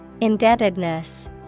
Indebtedness